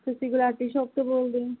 ਤੁਸੀਂ ਗੁਲਾਟੀ ਸ਼ੋਪ ਤੋਂ ਬੋਲਦੇ ਹੋ